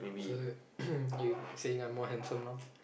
so you saying I'm more handsome now